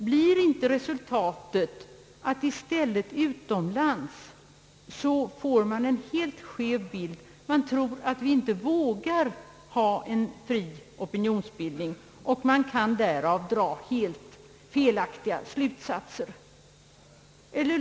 Blir då inte resultatet att man utomlands får en helt skev bild av situationen. Man tror att vi inte vågar ha en fri opinionsbildning, och man kan därav dra felaktiga slutsatser.